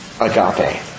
Agape